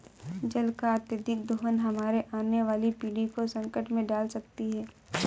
जल का अत्यधिक दोहन हमारे आने वाली पीढ़ी को संकट में डाल सकती है